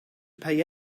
pay